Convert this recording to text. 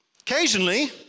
occasionally